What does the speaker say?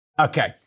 Okay